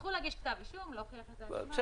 תצטרכו להגיש כתב אישום, להוכיח את האשמה.